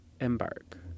embark